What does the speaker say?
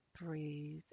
Breathe